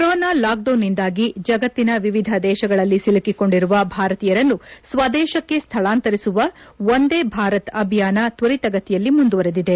corona ಲಾಕ್ಡೌನ್ನಿಂದಾಗಿ ಜಗತ್ತಿನ ವಿವಿಧ ದೇಶಗಳಲ್ಲಿ ಸಿಲುಕಿಕೊಂಡಿರುವ ಭಾರತೀಯರನ್ನು ಸ್ವದೇಶಕ್ಕೆ ಸ್ಥಳಾಂತರಿಸುವ ವಂದೇ ಭಾರತ್ ಅಭಿಯಾನ ಶ್ವರಿತಗತಿಯಲ್ಲಿ ಮುಂದುವರೆದಿದೆ